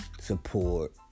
support